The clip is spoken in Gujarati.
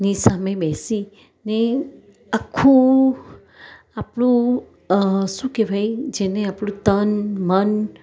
ની સામે બેસી ને આખું આપણું શું કેવાય જેને આપણું તન મન